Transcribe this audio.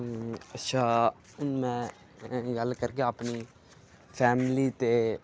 में अच्छा में गल्ल करगा अपनी फैमिली ते